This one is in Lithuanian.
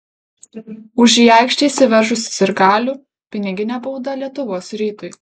už į aikštę įsiveržusį sirgalių piniginė bauda lietuvos rytui